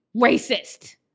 racist